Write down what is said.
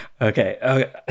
Okay